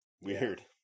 Weird